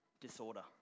disorder